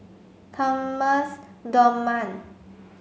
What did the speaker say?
Thomas Dunman